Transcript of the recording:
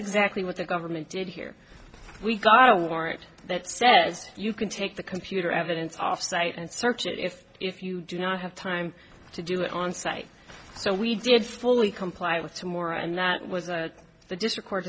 exactly what the government did here we got a warrant that said you can take the computer evidence off site and search it if if you do not have time to do it on site so we did fully comply with some more and that was a the di